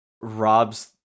robs